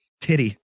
titty